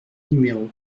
numéro